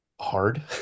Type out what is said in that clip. hard